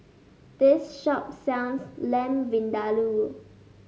this shop sells Lamb Vindaloo